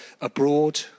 abroad